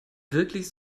wirklich